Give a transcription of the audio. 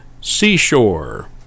Seashore